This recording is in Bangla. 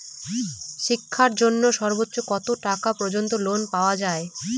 শিক্ষার জন্য সর্বোচ্চ কত টাকা পর্যন্ত লোন পাওয়া য়ায়?